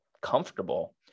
comfortable